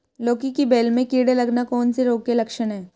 लौकी की बेल में कीड़े लगना कौन से रोग के लक्षण हैं?